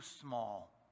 small